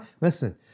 Listen